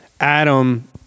Adam